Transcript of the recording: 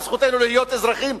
על זכותנו להיות אזרחים,